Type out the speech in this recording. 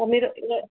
ఫన్నీరో కిలా